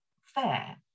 fair